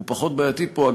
זה פחות בעייתי פה.